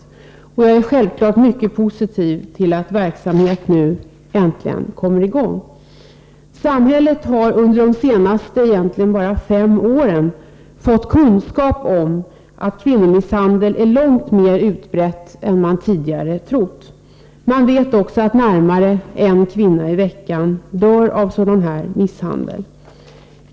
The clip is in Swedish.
Självfallet är jag mycket positiv till att verksamhet nu äntligen kommer i gång. Det är egentligen först under de senaste fem åren som samhället har fått kunskap om att kvinnomisshandel är långt mer utbredd än man tidigare trott. Man vet också att nästan en kvinna i veckan dör av sådan här misshandel.